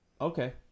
Okay